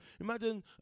Imagine